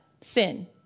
sin